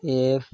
F